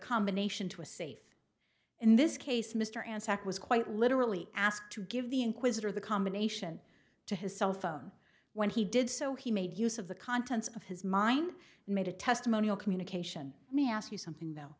combination to a safe in this case mr anzac was quite literally asked to give the inquisitor the combination to his cell phone when he did so he made use of the contents of his mind made a testimonial communication let me ask you something though